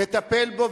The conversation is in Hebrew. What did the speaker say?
לטפל בו,